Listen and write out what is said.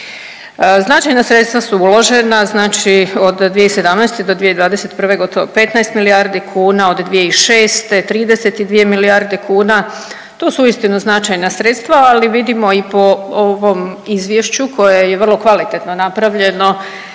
Značajna sredstva su uložena, znači od 2017. do 2021. gotovo 15 milijardi kuna, od 2006. 32 milijarde kuna, to su istinu značajna sredstva, ali vidimo i po ovom Izvješću koje je vrlo kvalitetno napravljeno